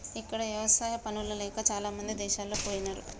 ఇక్కడ ఎవసాయా పనులు లేక చాలామంది దేశాలు పొయిన్లు